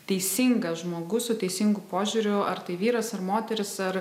teisingas žmogus su teisingu požiūriu ar tai vyras ar moteris ar